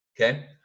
okay